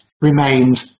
remained